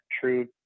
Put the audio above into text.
true